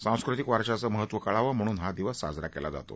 सांस्कृतिक वारश्याचं महत्व कळावं म्हणून हा दिवस साजरा केला जातो